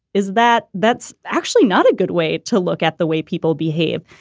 is that that's actually not a good way to look at the way people behave,